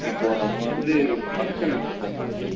இப்போது நம்ம வந்து ஒரு ஃபங்க்ஷன் வைச்சுருக்கேன் ப்ரோ